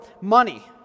money